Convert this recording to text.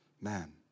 Man